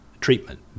treatment